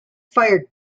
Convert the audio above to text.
fired